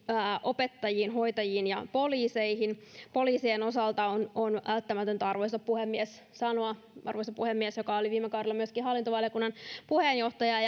opettajiin hoitajiin ja poliiseihin poliisien osalta on on välttämätöntä arvoisa puhemies sanoa arvoisa puhemies joka oli viime kaudella myöskin hallintovaliokunnan puheenjohtaja